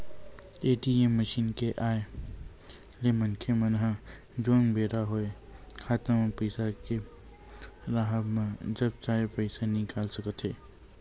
ATM machine के आय ले मनखे मन ह जउन बेरा होय खाता म पइसा के राहब म जब चाहे पइसा निकाल सकथे